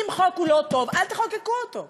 אם חוק הוא לא טוב, אל תחוקקו אותו.